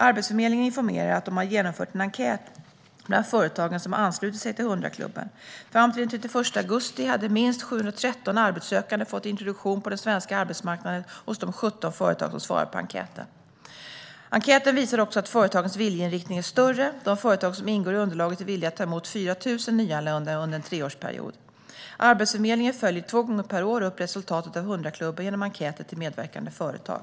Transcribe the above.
Arbetsförmedlingen informerar att de har genomfört en enkät bland företagen som anslutit sig till 100-klubben. Fram till den 31 augusti hade minst 713 arbetssökande fått introduktion på den svenska arbetsmarknaden hos de 17 företag som svarade på enkäten. Enkäten visar också att företagens viljeinriktning är större. De företag som ingår i underlaget är villiga att ta emot 4 000 nyanlända under en treårsperiod. Arbetsförmedlingen följer två gånger per år upp resultatet av 100-klubben genom enkäter till medverkande företag.